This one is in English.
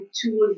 tool